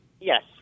Yes